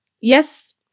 Yes